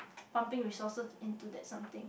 pumping resources into that something